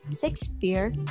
Shakespeare